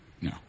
No